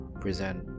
present